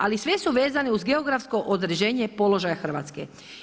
Ali sve su vezana uz geografsko određenje položaja Hrvatske.